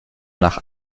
nach